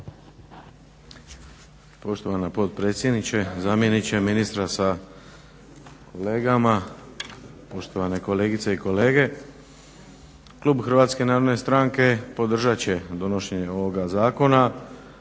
Poštovana potpredsjednice, zamjeniče ministra sa kolegama, poštovane kolegice i kolege. Klub HNS podržat će donošenje ovoga zakona